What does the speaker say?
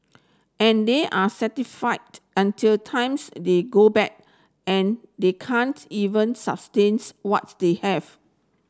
and they are until times they go bad and they can't even sustains what's they have